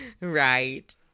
Right